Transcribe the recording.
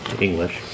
English